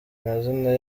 mazina